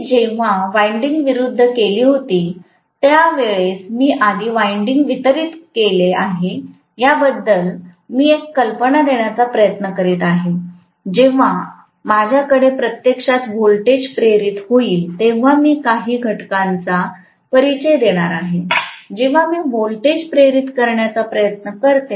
मी जेव्हा वाइंडिंग विरुद्ध केली होती त्या वेळेस मी कधी वाइंडिंग वितरीत केले आहे याबद्दल मी एक कल्पना देण्याचा प्रयत्न करीत आहे जेव्हा माझ्याकडे प्रत्यक्षात व्होल्टेज प्रेरित होईल तेव्हा मी काही घटकांचा परिचय देणार आहे जेव्हा मी व्होल्टेज प्रेरित करण्याचा प्रयत्न करते